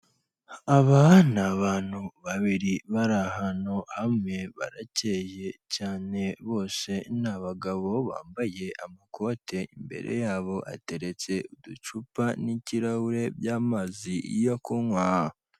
Aba ni abantu babiri bari ahantu bamwe barakeye cyane bose n'abagabo bambaye amakoti, imbere yabo hateretse uducupa n'ikirahure by'amazi yo kunywa.